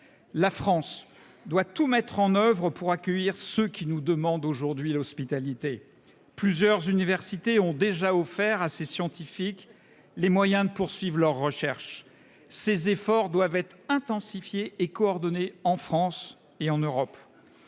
La France doit tout mettre en œuvre pour accueillir ceux qui lui demandent aujourd’hui l’hospitalité. Plusieurs universités ont déjà offert à ces scientifiques les moyens de poursuivre leurs recherches. Les efforts doivent être intensifiés et coordonnés en France et en Europe.